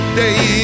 day